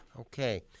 Okay